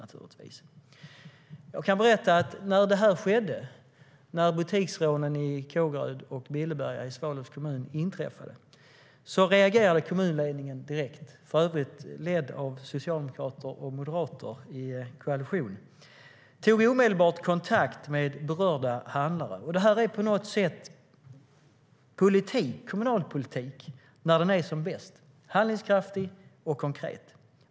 Jag kan berätta att när butiksrånen i Kågeröd och Billeberga i Svalövs kommun inträffade reagerade kommunledningen direkt, för övrigt en kommun ledd av socialdemokrater och moderater i koalition, och tog omedelbart kontakt med berörda handlare. Det är på något sätt kommunalpolitik när den är som bäst, handlingskraftig och konkret.